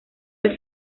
del